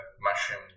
mushroom